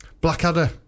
Blackadder